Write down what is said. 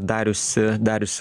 dariusi dariusi